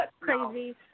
crazy